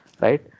right